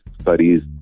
studies